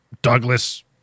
Douglas